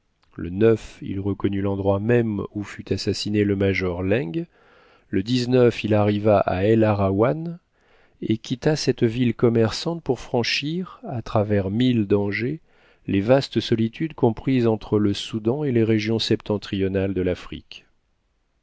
le il reconnut l'endroit même où fut assassiné le major laing le il arriva à el araouan et quitta cette ville commerçante pour franchir à travers mille dangers les vastes solitudes comprises entre le soudan et les régions septentrionales de l'afrique